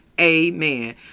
amen